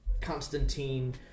Constantine